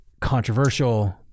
controversial